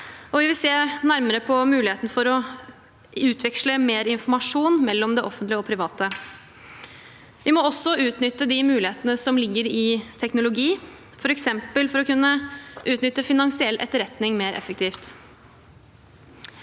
vi vil se nærmere på muligheten for å utveksle mer informasjon mellom det offentlige og det private. Vi må også utnytte de mulighetene som ligger i teknologi, f.eks. for å kunne utnytte finansiell etterretning mer effektivt.